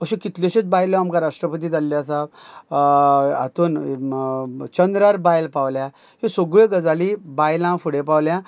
अश्यो कितल्योश्योत बायल्यो आमकां राष्ट्रपती जाल्ल्यो आसा हातून चंद्रार बायल पावल्या ह्यो सगळ्यो गजाली बायलां फुडें पावल्या